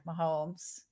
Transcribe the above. Mahomes